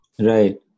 Right